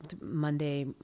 Monday